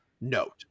note